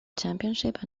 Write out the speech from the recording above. championship